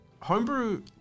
homebrew